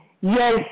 Yes